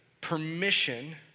permission